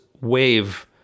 wave